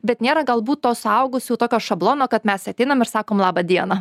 bet nėra galbūt to suaugusiųjų tokio šablono kad mes ateinam ir sakom laba diena